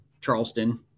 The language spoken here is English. Charleston